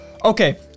Okay